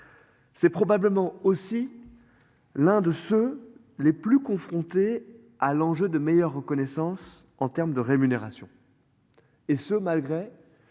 C'est probablement aussi. L'un de ceux les plus confrontés à l'enjeu de meilleure reconnaissance en terme de rémunération. Et ce malgré.